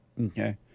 Okay